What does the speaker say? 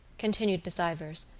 continued miss ivors,